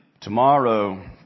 Tomorrow